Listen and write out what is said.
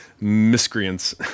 miscreants